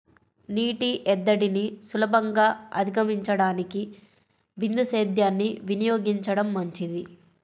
నీటి ఎద్దడిని సులభంగా అధిగమించడానికి బిందు సేద్యాన్ని వినియోగించడం మంచిది